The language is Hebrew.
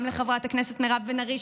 וגם לחברת הכנסת מירב בן ארי,